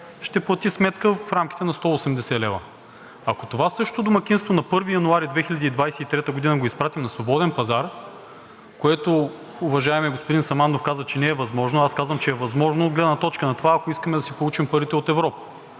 ще плати сметка в рамките на 180 лв. Ако това същото домакинство на 1 януари 2023 г. го изпратим на свободен пазар, което уважаемият господин Самандов каза, че не е възможно, а аз казвам, че е възможно от гледна точка на това, ако искаме да си получим парите от Европа